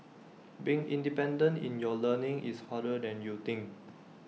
being independent in your learning is harder than you think